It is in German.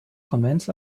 konvents